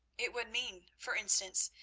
it would mean, for instance,